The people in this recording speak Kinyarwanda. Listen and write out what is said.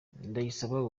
ndayisaba